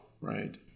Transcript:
Right